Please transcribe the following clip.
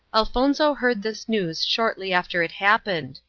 elfonzo heard this news shortly after it happened.